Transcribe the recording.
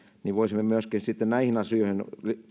niin voisimme myöskin näihin asioihin